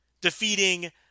defeating